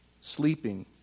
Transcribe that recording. sleeping